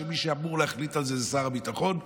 שמי שאמור להחליט על זה הוא שר הביטחון?